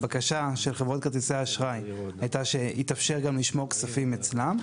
הבקשה של חברות כרטיסי האשראי הייתה שיתאפשר גם לשמור כספים אצלן.